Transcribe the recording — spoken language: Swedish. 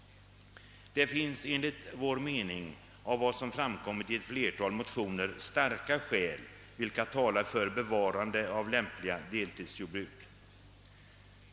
Det finns enligt vår mening och enligt vad som framkommit i ett flertal motioner starka skäl, vilka talar för bevarande av lämpliga deltidsjordbruk.